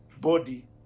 body